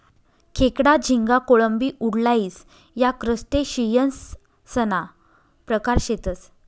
खेकडा, झिंगा, कोळंबी, वुडलाइस या क्रस्टेशियंससना प्रकार शेतसं